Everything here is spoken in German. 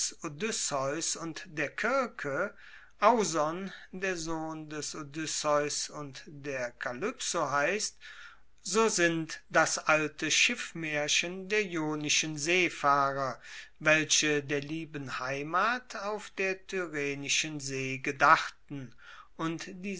odysseus und der kirke auson der sohn des odysseus und der kalypso heisst so sind das alte schiffmaerchen der ionischen seefahrer welche der lieben heimat auf der tyrrhenischen see gedachten und